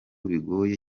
bigoye